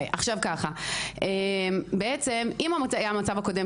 במצב הקודם,